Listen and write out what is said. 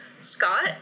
Scott